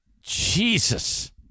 Jesus